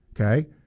Okay